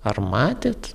ar matėt